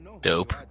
dope